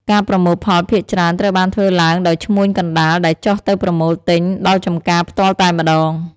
ការប្រមូលផលភាគច្រើនត្រូវបានធ្វើឡើងដោយឈ្មួញកណ្តាលដែលចុះទៅប្រមូលទិញដល់ចម្ការផ្ទាល់តែម្តង។